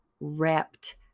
wrapped